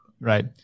Right